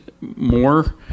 more